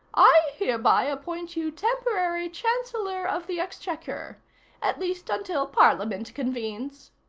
i hereby appoint you temporary chancellor of the exchequer at least until parliament convenes.